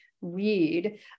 read